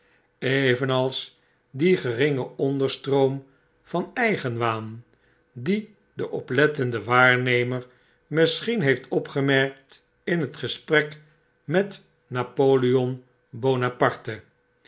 evenals dien geringen onderstroom van eigenwaan dien de oplettende waarnemer misschien heeft opgemerkt in het gesprek met napoleon bonaparte